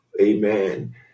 Amen